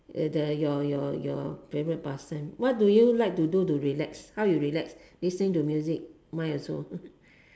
the your your your favourite person what do you like to do to relax listening to music mine also